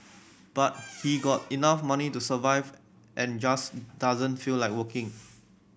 but he got enough money to survive and just doesn't feel like working